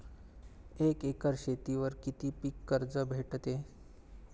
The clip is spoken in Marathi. एक एकर शेतीवर किती पीक कर्ज भेटते?